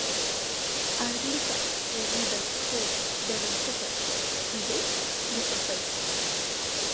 ar likęs realybės šou devintukas įveiks visa tai